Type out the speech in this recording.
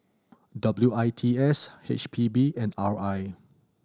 W I T S H P B and R I